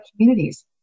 communities